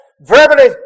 verbally